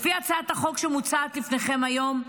לפי הצעת החוק שמוצעת לפניכם היום,